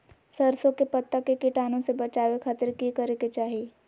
सरसों के पत्ता के कीटाणु से बचावे खातिर की करे के चाही?